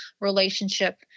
relationship